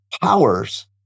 powers